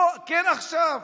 לא, כן, עכשיו.